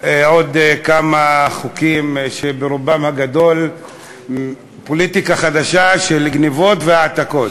עוד כמה חוקים שהם ברובם הגדול פוליטיקה חדשה של גנבות והעתקות.